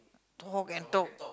talk and talk